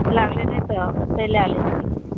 लानलिए ने तब एत्ते लै छियै की